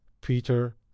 Peter